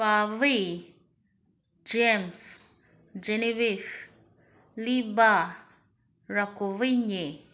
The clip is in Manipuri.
ꯄꯥꯋꯤ ꯖꯦꯝꯁ ꯖꯦꯅꯤꯋꯤꯐ ꯂꯤꯕꯥ ꯔꯥꯀꯣꯋꯤꯟꯌꯦ